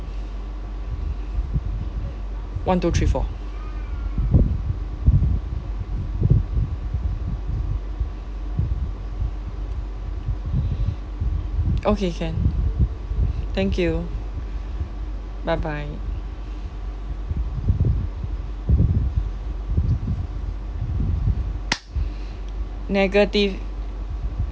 one two three four okay can thank you bye bye negative